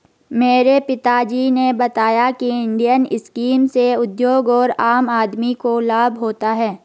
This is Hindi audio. मेरे पिता जी ने बताया की इंडियन स्कीम से उद्योग और आम आदमी को लाभ होता है